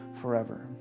forever